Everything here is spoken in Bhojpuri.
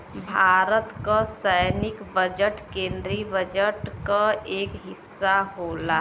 भारत क सैनिक बजट केन्द्रीय बजट क एक हिस्सा होला